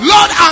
Lord